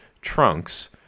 trunks